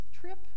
trip